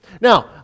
Now